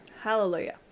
Hallelujah